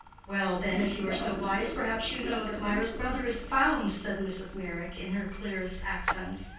well, then, if you are so wise, perhaps you know that mirah's brother is found! said mrs. meyrick, in her clearest accents.